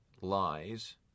lies